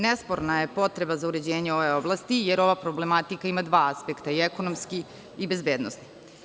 Nesporna je potreba za uređenje ove oblasti jer ova problematika ima dva aspekta, i ekonomski i bezbednosni.